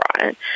right